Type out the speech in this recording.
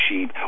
sheep